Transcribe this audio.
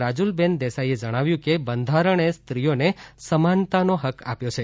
રાજુલબેન દેસાઈએ જણાવ્યું કે બંધારણે સ્ત્રીઓને સમાનતાનો હક્ક આપ્યો છે